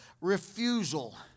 refusal